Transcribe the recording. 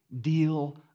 deal